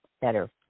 better